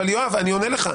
יואב, אני עונה לך.